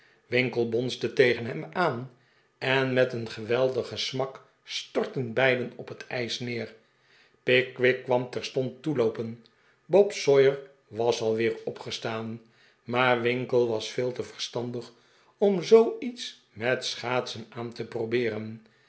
winkle bonsde tegen hem aan en met een geweldigen smak stortten beiden op het ijs neer pickwick kwam terstond toeloopen bob sawyer was alweer opgestaan maar winkle was veel te verstandig om zoo iets met schaatsen aan te probeeren